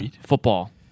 Football